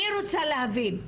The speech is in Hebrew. אני רוצה להבין,